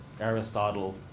Aristotle